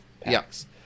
packs